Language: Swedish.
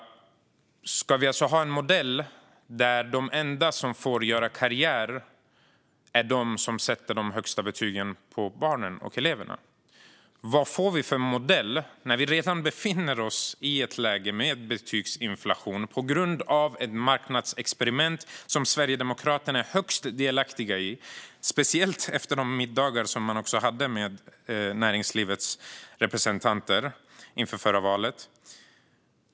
Ska vi alltså ha en modell där de enda som får göra karriär är de som sätter de högsta betygen på barnen och eleverna? Vad får vi för modell när vi redan befinner oss i ett läge med betygsinflation på grund av ett marknadsexperiment som Sverigedemokraterna är högst delaktiga i, speciellt efter de middagar man hade med näringslivets representanter inför förra valet?